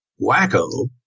Wacko